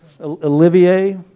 Olivier